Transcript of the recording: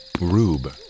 Rube